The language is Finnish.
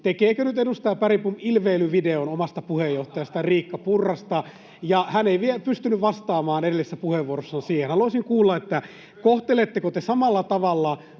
Tekeekö nyt edustaja Bergbom ilveilyvideon omasta puheenjohtajasta Riikka Purrasta? Hän ei pystynyt vastaamaan edellisessä puheenvuorossa siihen. [Miko Bergbom: Pystyn!] Haluaisin kuulla, kohteletteko te samalla tavalla